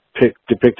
depicted